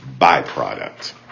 byproduct